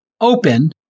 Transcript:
open